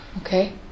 Okay